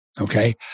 Okay